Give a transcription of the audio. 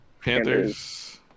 Panthers